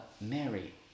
Mary